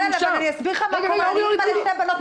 האם בתוך הכסף הזה יש שכירות של קומה שלמה במלון בניו יורק?